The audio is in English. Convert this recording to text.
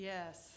Yes